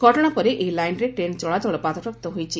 ଘଟଣା ପରେ ଏହି ଲାଇନ୍ରେ ଟ୍ରେନ୍ ଚଳାଚଳ ବାଧାପ୍ରାପ୍ତ ହୋଇଛି